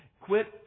Quit